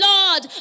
Lord